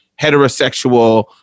heterosexual